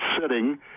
sitting